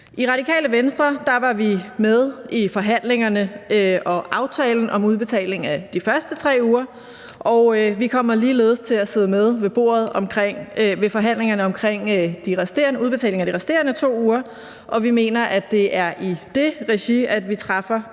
I Radikale Venstre var vi med i forhandlingerne og aftalen om udbetaling af de første 3 ugers feriepenge, og vi kommer ligeledes til at sidde med ved bordet, når der skal forhandles om udbetalingen af de resterende 2 ugers feriepenge. Og vi mener, at det er i det regi, vi træffer